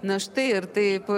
na štai ir taip